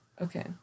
okay